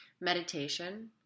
meditation